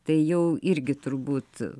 tai jau irgi turbūt